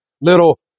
little